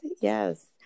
Yes